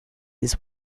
his